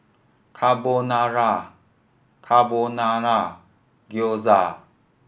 Carbonara Carbonara Gyoza